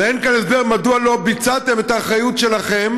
אבל אין כאן הסבר מדוע לא ביצעתם את האחריות שלכם.